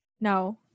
No